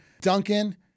Duncan